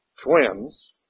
twins